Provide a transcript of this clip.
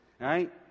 right